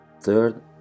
Third